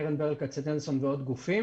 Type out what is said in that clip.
קרן ברל כצנלסון ועוד גופים.